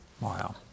Wow